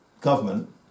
government